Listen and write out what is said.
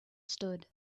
stood